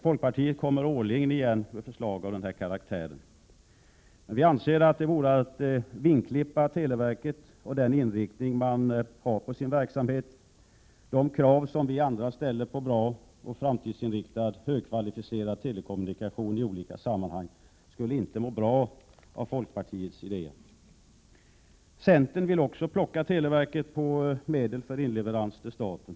Folkpartiet kommer årligen igen med förslag av den här karaktären. Men vi anser att det vore att vingklippa televerket och den inriktning det har på sin verksamhet. Uppfyllelsen av de krav som vi andra i olika sammanhang ställer på bra och framtidsinriktad högkvalificerad telekommunikation skulle inte må bra av folkpartiets idéer. Centerpartiet vill också plocka televerket på medel för inleverans till staten.